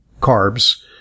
carbs